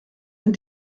minn